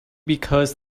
because